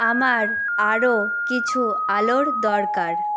আমার আরও কিছু আলোর দরকার